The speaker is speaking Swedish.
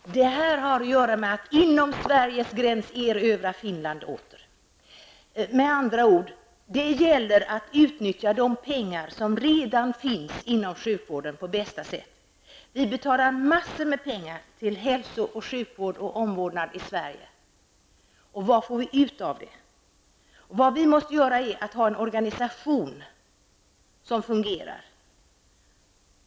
Herr talman! Det här har att göra med att ''inom Sveriges gräns erövra Finland åter''. Med andra ord: Det gäller att på bästa sätt utnyttja de pengar som redan finns inom sjukvården. Vi betalar i Sverige massar med pengar till hälso och sjukvården samt till omvårdnaden. Vad får vi ut av dessa pengar? Vi måste ha en organisation som fungerar.